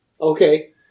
Okay